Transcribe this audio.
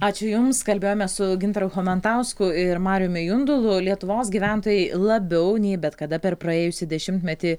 ačiū jums kalbėjome su gintaru chomentausku ir mariumi jundulo lietuvos gyventojai labiau nei bet kada per praėjusį dešimtmetį